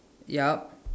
yup